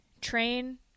train